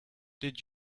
did